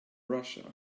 russia